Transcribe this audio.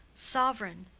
sovereign,